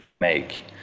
make